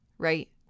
right